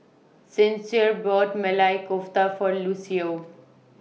Sincere bought Maili Kofta For Lucio